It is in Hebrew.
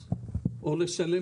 ולכן,